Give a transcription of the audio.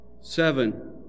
Seven